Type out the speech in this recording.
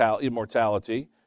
immortality